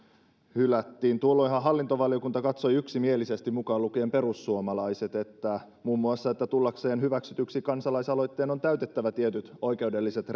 hylättiin tuolloinhan hallintovaliokunta katsoi yksimielisesti mukaan lukien perussuomalaiset muun muassa että tullakseen hyväksytyksi kansalaisaloitteen on täytettävä tietyt oikeudelliset